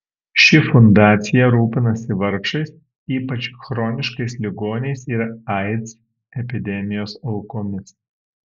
ši fundacija rūpinasi vargšais ypač chroniškais ligoniais ir aids epidemijos aukomis